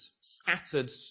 scattered